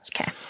Okay